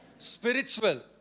spiritual